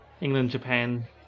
England-Japan